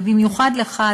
ובמיוחד לך,